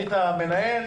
היית מנהל.